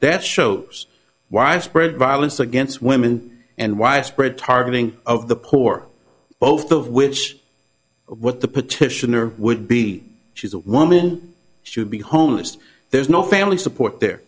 that shows widespread violence against women and widespread targeting of the poor both of which what the petitioner would be she's a woman should be homeless there's no family support the